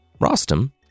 Rostam